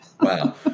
Wow